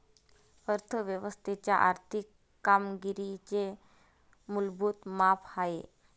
अर्थ व्यवस्थेच्या आर्थिक कामगिरीचे मूलभूत माप आहे